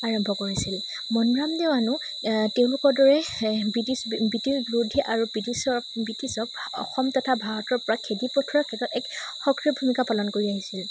আৰম্ভ কৰিছিল মণিৰাম দেৱানেও তেওঁলোকৰ দৰে বৃটি বৃটিছ বিৰোধী আৰু ব্ৰিটিছৰ ব্ৰিটিছক অসম তথা ভাৰতৰ পৰা খেদি পঠিওৱাৰ ক্ষেত্ৰত এক সক্ৰিয় ভূমিকা পালন কৰি আহিছিল